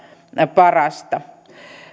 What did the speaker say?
parasta